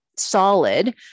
solid